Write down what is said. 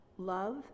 love